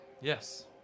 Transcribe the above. Yes